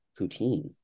poutine